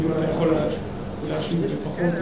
אם אתה יכול להשיב בפחות,